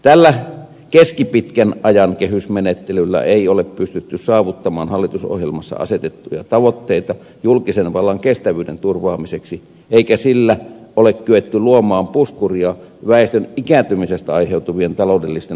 tällä keskipitkän ajan kehysmenettelyllä ei ole pystytty saavuttamaan hallitusohjelmassa asetettuja tavoitteita julkisen vallan kestävyyden turvaamiseksi eikä sillä ole kyetty luomaan puskuria väestön ikääntymisestä aiheutuvien taloudellisten haasteiden kohtaamiseen